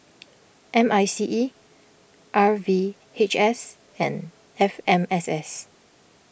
M I C E R V H S and F M S S